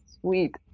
sweet